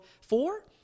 four